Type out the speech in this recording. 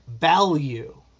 value